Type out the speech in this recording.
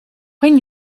when